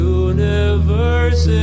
universe